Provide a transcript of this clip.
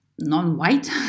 non-white